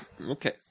Okay